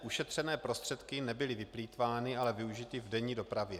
Ušetřené prostředky nebyly vyplýtvány, ale využity v denní dopravě.